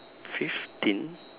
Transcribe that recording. fifteen